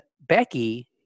Becky